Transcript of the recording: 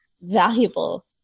valuable